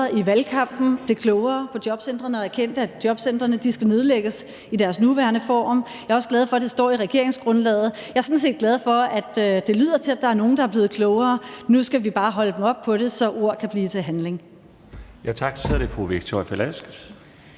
i valgkampen blev klogere på jobcentrene og erkendte, at jobcentrene skal nedlægges i deres nuværende form. Jeg er også glad for, at det står i regeringsgrundlaget. Jeg er sådan set glad for, at det lyder, som om der er nogle, der er blevet klogere. Nu skal vi bare holde dem op på det, så ord kan blive til handling.